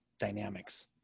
dynamics